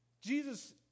Jesus